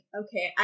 okay